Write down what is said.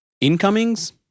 Incomings